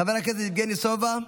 חבר הכנסת יבגני סובה,